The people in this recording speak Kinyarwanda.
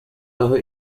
aho